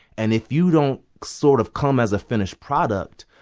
and if you don't sort of come as a finished product,